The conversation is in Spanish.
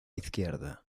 izquierda